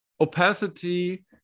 opacity